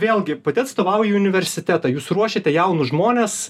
vėlgi pati atstovauji universitetą jūs ruošiate jaunus žmones